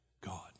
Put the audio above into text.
god